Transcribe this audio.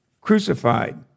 crucified